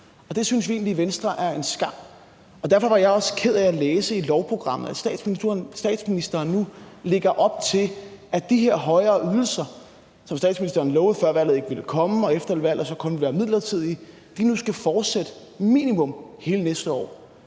Det synes vi egentlig i Venstre er en skam. Derfor var jeg også ked af at læse i lovprogrammet, at statsministeren nu lægger op til, at de her højere ydelser, som statsministeren før valget lovede ikke ville komme, og som efter valget så kun skulle være midlertidige, nu skal fortsætte minimum hele næste år.